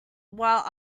while